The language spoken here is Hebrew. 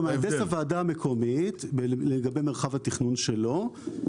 מהנדס הוועדה המקומית לגבי מרחב התכנון שלו,